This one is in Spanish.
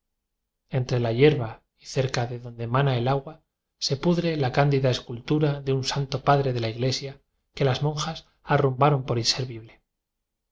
entre la hierba y cerca de donde mana el agua se pudre la cándida escultura de un santo padre de la iglesia que las monjas arrumbaron por inservible